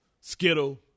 Skittle